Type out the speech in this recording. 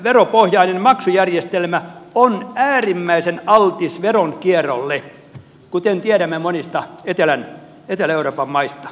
arvonlisäveropohjainen maksujärjestelmä on äärimmäisen altis veronkierrolle kuten tiedämme monista etelä euroopan maista